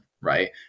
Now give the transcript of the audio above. right